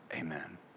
amen